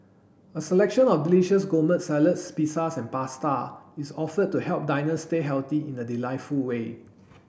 a selection of delicious gourmet salads pizzas and pasta is offered to help diners stay healthy in a delightful way